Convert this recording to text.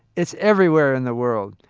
it's everywhere in the world.